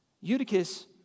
Eutychus